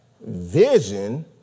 vision